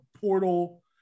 portal